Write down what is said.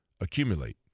accumulate